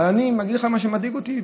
אבל אני אגיד לך מה מדאיג אותי,